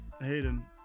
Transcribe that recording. Hayden